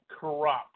corrupt